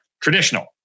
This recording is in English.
traditional